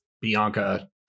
Bianca